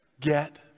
get